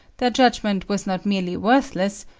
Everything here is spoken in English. their judgment was not merely worthless,